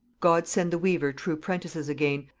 god send the weaver true prentices again,